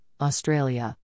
Australia